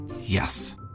Yes